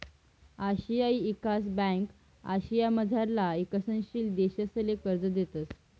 आशियाई ईकास ब्यांक आशियामझारला ईकसनशील देशसले कर्ज देतंस